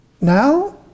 now